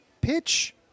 pitch